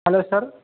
hello sir